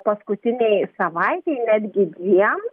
paskutinei savaitei netgi dviem